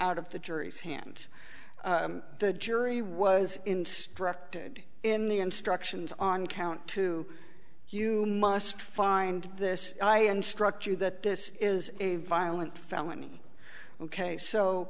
out of the jury's hands the jury was instructed in the instructions on count two you must find this i instruct you that this is a violent felony ok